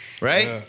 right